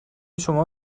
شما